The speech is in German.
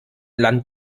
land